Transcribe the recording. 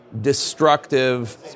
destructive